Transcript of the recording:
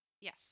Yes